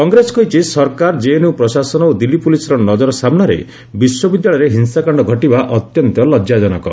କଂଗ୍ରେସ କହିଛି ସରକାର କେଏନ୍ୟୁ ପ୍ରଶାସନ ଓ ଦିଲ୍ଲୀ ପୁଲିସ୍ର ନଜର ସାମ୍ବାରେ ବିଶ୍ୱବିଦ୍ୟାଳୟରେ ହିଂସାକାଣ୍ଡ ଘଟିବା ଅତ୍ୟନ୍ତ ଲଜାଜନକ